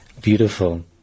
Beautiful